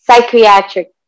psychiatric